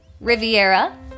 Riviera